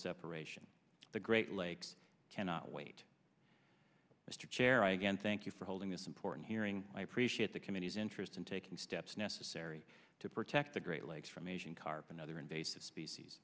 separation the great lakes cannot wait mr chair i again thank you for holding this important hearing i appreciate the committee's interest in taking steps necessary to protect the great lakes from asian carp another invasive species